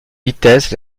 vitesse